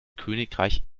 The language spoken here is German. königreich